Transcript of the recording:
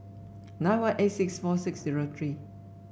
nine one eight six four six zero three